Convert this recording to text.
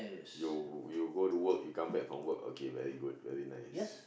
you you go to work you come back from work okay very good very nice